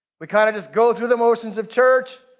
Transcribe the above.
we kind of just go through the motions of church.